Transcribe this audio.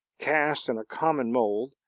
cast in a common mold,